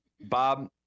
Bob